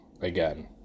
again